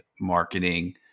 Marketing